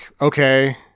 okay